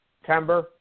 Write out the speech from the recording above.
September